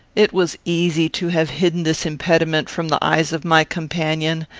it was easy to have hidden this impediment from the eyes of my companion,